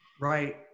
right